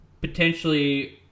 potentially